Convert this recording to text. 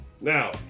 Now